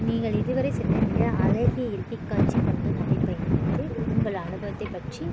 நீங்கள் இதுவரை சென்ற மிக அழகிய இயற்கைக் காட்சி கொண்ட நடைப்பயணம் எது உங்கள் அனுபவத்தைப் பற்றி